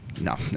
No